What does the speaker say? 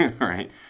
right